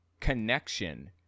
Connection